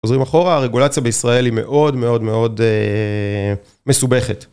חוזרים אחורה, הרגולציה בישראל היא מאוד מאוד מאוד מסובכת.